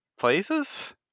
Places